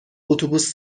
اتوبوس